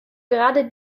gerade